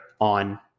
on